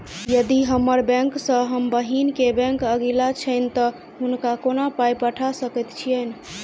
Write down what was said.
यदि हम्मर बैंक सँ हम बहिन केँ बैंक अगिला छैन तऽ हुनका कोना पाई पठा सकैत छीयैन?